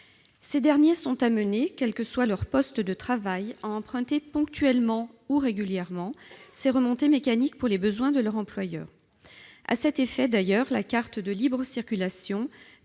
Ceux-ci sont amenés, quel que soit leur poste de travail, à emprunter ponctuellement ou régulièrement ces remontées mécaniques pour les besoins de leur employeur. À cet effet d'ailleurs, la carte de libre circulation